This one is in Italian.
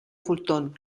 fulton